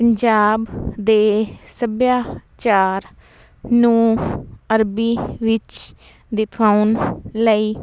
ਪੰਜਾਬ ਦੇ ਸੱਭਿਆਚਾਰ ਨੂੰ ਅਰਬੀ ਵਿਚ ਦਿਖਾਉਣ ਲਈ